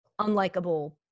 unlikable